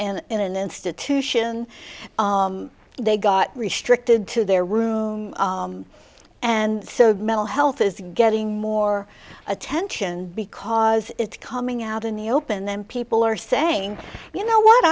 and in an institution they got restricted to their room and so the mental health is getting more attention because it's coming out in the open then people are saying you know what